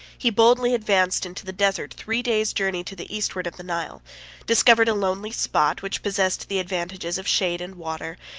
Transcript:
he boldly advanced into the desert three days' journey to the eastward of the nile discovered a lonely spot, which possessed the advantages of shade and water,